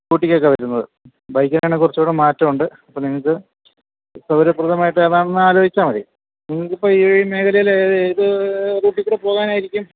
സ്കൂട്ടിക്കൊക്കെ വരുന്നത് ബൈക്കിനാണ് കുറച്ചൂടെ മാറ്റൊണ്ട് അപ്പം നിങ്ങൾക്ക് സൗകര്യപ്രദമായിട്ട് ഏതാണെന്ന് ആലോചിച്ചാൽ മതി നിങ്ങൾക്ക് ഇപ്പോൾ ഈ മേഖലയിൽ ഏതേത് റൂട്ടിക്കൂടെ പോകാനായിരിക്കും